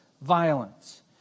violence